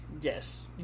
Yes